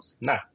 No